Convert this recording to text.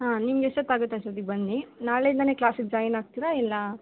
ಹಾಂ ನಿಮ್ಗೆ ಎಷ್ಟೋತ್ತಾಗತ್ತೆ ಅಷ್ಟೊತ್ತಿಗೆ ಬನ್ನಿ ನಾಳೆಯಿಂದಲೇ ಕ್ಲಾಸಿಗೆ ಜಾಯ್ನ್ ಆಗ್ತಿರಾ ಇಲ್ಲ